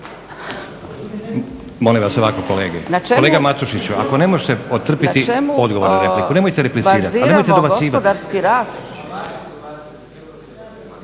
Molim vas ovako kolege, kolega Matušiću ako ne možete odtrpiti odgovor na repliku nemojte replicirati, pa nemojte dobacivati.